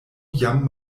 jam